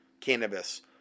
cannabis